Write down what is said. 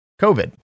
COVID